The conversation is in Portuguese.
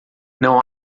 não